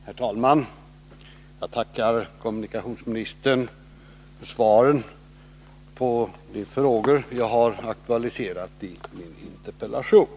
Herr talman! Jag tackar kommunikationsministern för svaret på de frågor som jag har aktualiserat i min interpellation.